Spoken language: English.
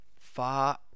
Far